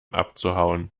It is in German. abzuhauen